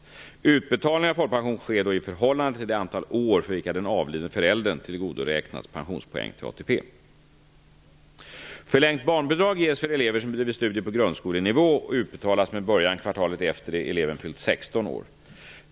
Utbetalningen av folkpension sker då i förhållande till det antal år för vilka den avlidne föräldern tillgodoräknats pensionspoäng till ATP.